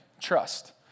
trust